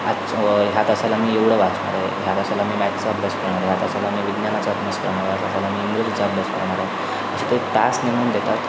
ह्या ह्या तासाला मी एवढं वाचणार आहे ह्या तासाला मी मॅथचा अभ्यास करणार आहे या तासाला मी विज्ञानाचा अभ्यास करणार आहे या तासाला मी इंग्रजीचा अभ्यास करणार आहे असं ते टास्क नेमून घेतात